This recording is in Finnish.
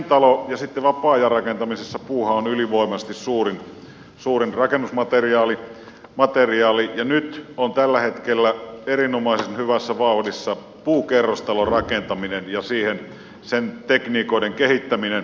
pientalo ja vapaa ajan rakentamisessahan puu on ylivoimaisesti suurin rakennusmateriaali ja tällä hetkellä erinomaisen hyvässä vauhdissa on puukerrostalorakentaminen ja sen tekniikoiden kehittäminen